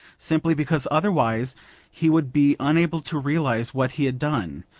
simply because otherwise he would be unable to realise what he had done.